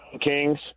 Kings